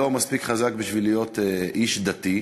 לא מספיק חזק בשביל להיות איש דתי,